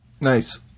Nice